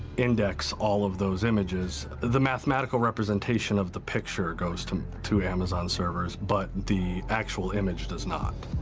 index all of those images the mathematical representation of the picture goes to to amazon servers but the actual image does not